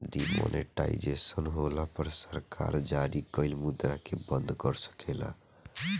demonetisation होला पर सरकार जारी कइल मुद्रा के बंद कर सकेले